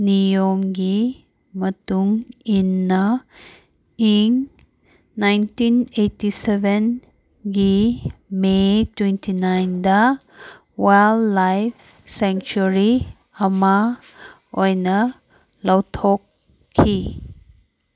ꯅꯤꯌꯣꯝꯒꯤ ꯃꯇꯨꯡ ꯏꯟꯅ ꯏꯪ ꯅꯥꯏꯟꯇꯤꯟ ꯑꯩꯠꯇꯤ ꯁꯕꯦꯟꯒꯤ ꯃꯦ ꯇ꯭ꯋꯦꯟꯇꯤ ꯅꯥꯏꯟꯗ ꯋꯥꯏꯜ ꯂꯥꯏꯐ ꯁꯦꯡꯆꯨꯔꯤ ꯑꯃ ꯑꯣꯏꯅ ꯂꯥꯎꯊꯣꯛꯈꯤ